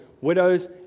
widows